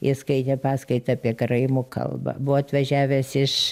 jis skaitė paskaitą apie karaimų kalbą buvo atvažiavęs iš